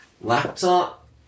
laptop